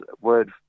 Word